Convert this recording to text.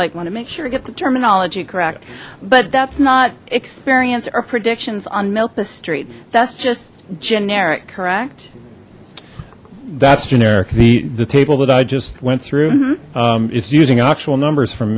like want to make sure you get the terminology correct but that's not experience or predictions on milpas street that's just generic correct that's generic the the table that i just went through it's using actual numbers from